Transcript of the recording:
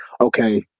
okay